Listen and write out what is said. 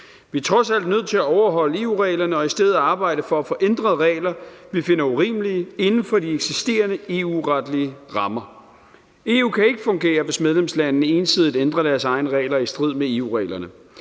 Vi er trods alt nødt til at overholde EU-reglerne og i stedet arbejde for at få ændret regler, vi finder urimelige, inden for de eksisterende EU-retlige rammer. EU kan ikke fungere, hvis medlemslandene ensidigt ændrer deres egne regler i strid med EU-reglerne.